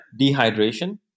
dehydration